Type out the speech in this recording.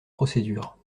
procédure